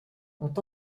ont